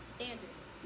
Standards